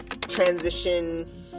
transition